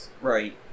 right